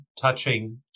Touching